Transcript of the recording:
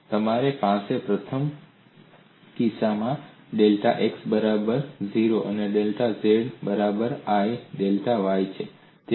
તેથી તમારી પાસે પ્રથમ કિસ્સામાં ડેલ્ટા x બરાબર 0 ડેલ્ટા z બરાબર i ડેલ્ટા Y છે